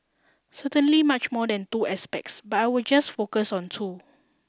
certainly much more than two aspects but I will just focus on two